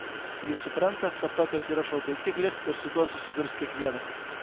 jis supranta kad tokios yra šou taisyklės ir su tuo susidurs kiekvienas